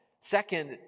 Second